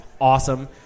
awesome